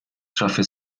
szafy